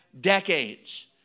decades